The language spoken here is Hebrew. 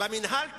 במינהל תקין,